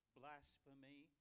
blasphemy